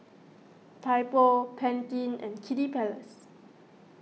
Typo Pantene and Kiddy Palace